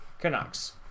Canucks